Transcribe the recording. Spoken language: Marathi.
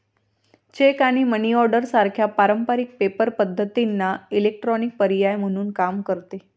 चेक आणि मनी ऑर्डर सारख्या पारंपारिक पेपर पद्धतींना इलेक्ट्रॉनिक पर्याय म्हणून काम करते